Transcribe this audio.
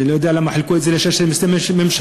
אני לא יודע למה חילקו את זה ל-16 משרדי ממשלה.